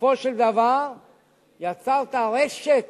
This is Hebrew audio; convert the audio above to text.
בסופו של דבר יצרת רשת,